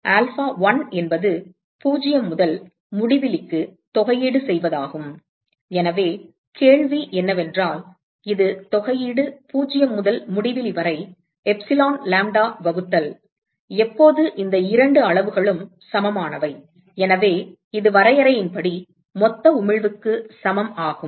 alpha one என்பது 0 முதல் முடிவிலிக்கு தொகையீடு செய்வதாகும் எனவே கேள்வி என்னவென்றால் இது தொகையீடு 0 முதல் முடிவிலி வரை எப்சிலான் லாம்ப்டா வகுத்தல் எப்போது இந்த இரண்டு அளவுகளும் சமமானவை எனவே இது வரையறையின்படி மொத்த உமிழ்வு க்கு சமம் ஆகும்